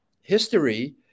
history